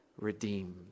redeemed